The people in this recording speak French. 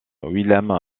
willem